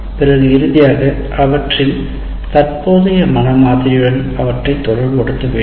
பிறகு இறுதியாக அவற்றின் தற்போதைய மன மாதிரியுடன் அவற்றை தொடர்புபடுத்துங்கள்